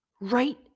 Right